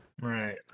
right